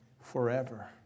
forever